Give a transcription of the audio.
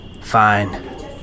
Fine